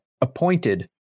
appointed